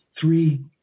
three